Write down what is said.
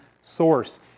source